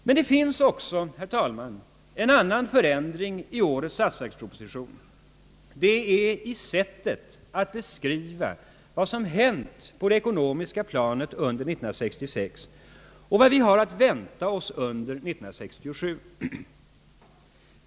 Men det finns också en annan förändring i årets statsverksproposition. Det är i sättet att beskriva vad som hänt på det ekonomiska planet under 1966 och vad vi har att vänta oss under 1967.